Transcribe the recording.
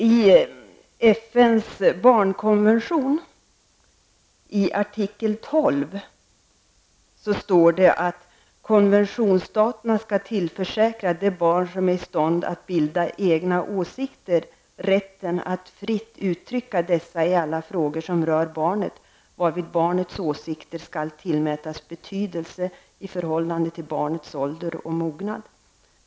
I artikel 12 i FN-konventionen om barnets rättigheter står följande: ''Konventionsstaterna skall tillförsäkra det barn som är i stånd att bilda egna åsikter rätten att fritt uttrycka dessa i alla frågor som rör barnet, varvid barnets åsikter skall tillmätas betydelse i förhållande till barnets ålder och mognad.